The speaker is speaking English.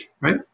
right